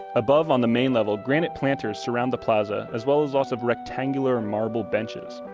above, on the main level, granite planters surround the plaza, as well as also rectangular marble benches.